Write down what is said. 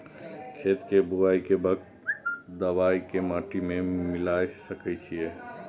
खेत के बुआई के वक्त दबाय के माटी में मिलाय सके छिये?